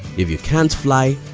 if you can't fly,